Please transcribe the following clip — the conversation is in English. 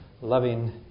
loving